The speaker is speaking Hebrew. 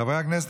חברי הכנסת,